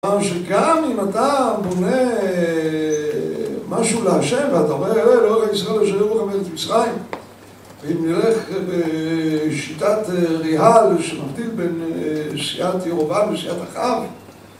גם אם אתה מונה משהו להשם, ואתה רואה אלה, לא רק ישראל, אשר יהיו לו גם ארץ מצרים. ואם נלך בשיטת ריאל, שמבדיל בין סיעת ירבעם לסיעת עכן,